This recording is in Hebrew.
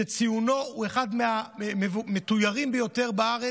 וציונו הוא אחד מהמתוירים ביותר בארץ,